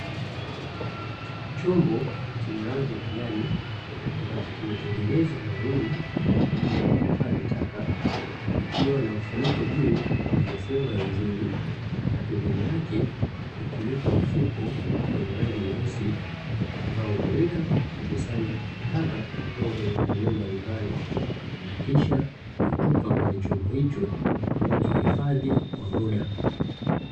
Chombo chenye rangi ya kijani ambacho kimetengenezwa kwa ajili ya kuhifadhi taka kikiwa na mfuniko juu uliofunga vizuri na pembeni yake ukiwepo mfuko wenye rangi nyeusi, ambao hutumika kukusanya taka kutoka kwenye maeneo mbali mbali na kisha kutupa kwenye chombo hicho ambacho huifadhi kwa muda.